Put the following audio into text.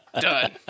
Done